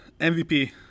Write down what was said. MVP